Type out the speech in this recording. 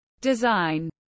design